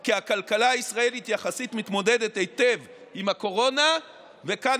כי הכלכלה הישראלית יחסית מתמודדת היטב עם הקורונה וכאן